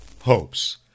Hopes